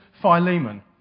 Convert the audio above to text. Philemon